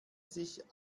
sich